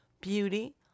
beauty